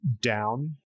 down